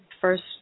first